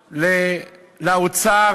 לאוצר.